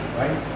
right